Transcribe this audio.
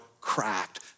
cracked